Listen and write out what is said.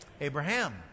Abraham